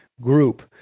group